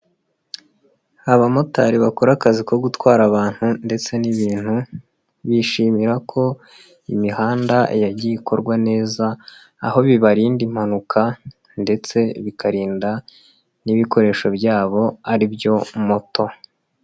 Abamotari bakora akazi ko gutwara abantu ndetse n'ibintu, bishimira ko imihanda yagiye ikorwa neza, aho bibarinda impanuka ndetse bikarinda n'ibikoresho byabo, ari byo moto.